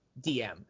DM